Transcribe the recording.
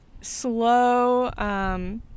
slow